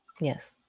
Yes